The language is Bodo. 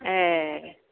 ए